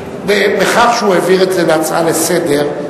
בכך שהוא העביר את זה להצעה לסדר-היום,